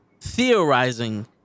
theorizing